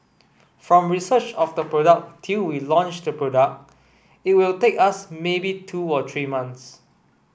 from research of the product till we launch the product it will take us maybe two to three months